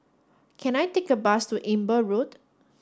can I take a bus to Amber Road